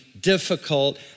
difficult